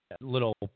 little